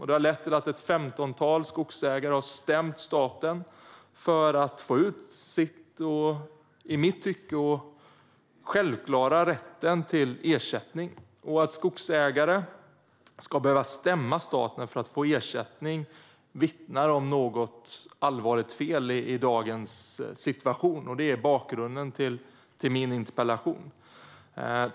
Det har lett till att ett femtontal skogsägare har stämt staten för att få sin i mitt tycke självklara rätt till ersättning. Att skogsägare ska behöva stämma staten för att få ersättning vittnar om att något är allvarligt fel i dagens situation. Det är bakgrunden till min interpellation.